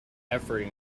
effort